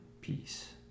peace